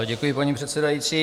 Děkuji, paní předsedající.